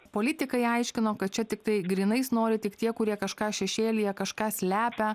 politikai aiškino kad čia tiktai grynais nori tik tie kurie kažką šešėlyje kažką slepia